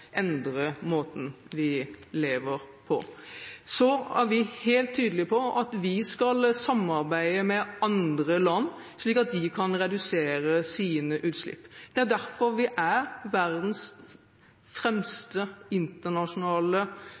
endre måten vi lever på. Vi er helt tydelig på at vi skal samarbeide med andre land slik at de kan redusere sine utslipp. Det er derfor vi er verdens fremste internasjonale